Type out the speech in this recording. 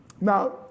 Now